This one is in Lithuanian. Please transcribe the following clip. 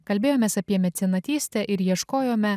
kalbėjomės apie mecenatystę ir ieškojome